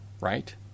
Right